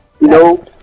no